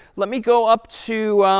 let me go up to